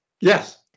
Yes